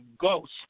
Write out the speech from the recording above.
Ghost